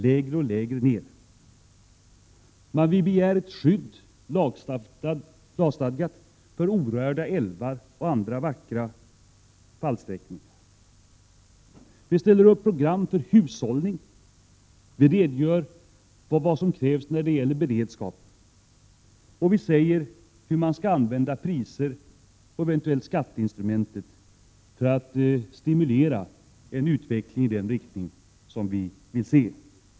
2 Vi begär ett lagstadgat skydd mot utbyggnad av de orörda älvarna och av andra vackra vattendrag. Vi föreslår program för hushållning och beredskap och vi anger hur vi vill använda priser och, eventuellt, skatter för att stimulera en utveckling i den riktning som vi vill se.